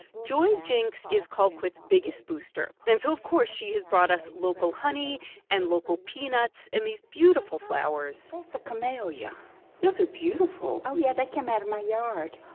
joy jinks is colquitt's biggest booster, and so, of course, she has brought us local honey and local peanuts and these beautiful flowers that's a camellia those are beautiful oh, yeah, they came out of my yard.